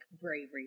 bravery